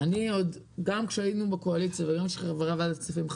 אני עוד גם כשהיינו בקואליציה וגם כשהייתי חברה בוועדת הכספים,